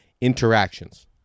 interactions